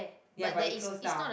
ya but it closed down